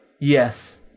yes